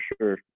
sure